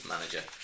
Manager